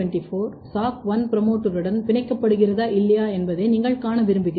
AGL24 SOC1 ப்ரோமோட்டருடன் பிணைக்கப்படுகிறதா இல்லையா என்பதை நீங்கள் காண விரும்புகிறீர்கள்